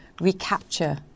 recapture